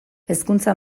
hezkuntza